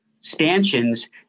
stanchions